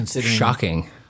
Shocking